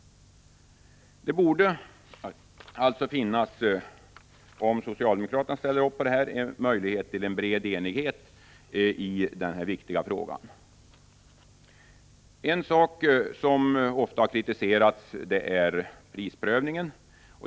Det borde alltså finnas förutsättningar för en bred enighet i denna viktiga fråga, om bara också socialdemokraterna ställer upp. En sak som ofta har kritiserats är prisprövningen.